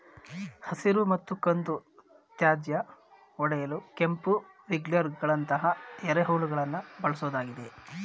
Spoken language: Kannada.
ಹಸಿರು ಮತ್ತು ಕಂದು ತ್ಯಾಜ್ಯ ಒಡೆಯಲು ಕೆಂಪು ವಿಗ್ಲರ್ಗಳಂತಹ ಎರೆಹುಳುಗಳನ್ನು ಬಳ್ಸೋದಾಗಿದೆ